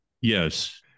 Yes